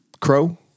crow